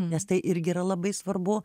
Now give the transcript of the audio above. nes tai irgi yra labai svarbu